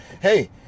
hey